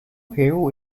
hill